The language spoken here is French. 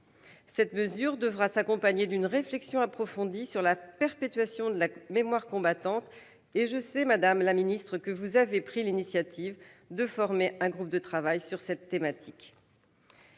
Cette mesure devra s'accompagner d'une réflexion approfondie sur la perpétuation de la mémoire combattante, et je sais, madame la secrétaire d'État, que vous avez pris l'initiative de former un groupe de travail sur cette thématique.